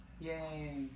Yay